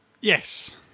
Yes